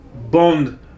Bond